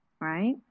right